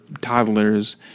toddlers